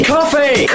Coffee